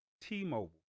T-Mobile